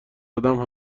آدم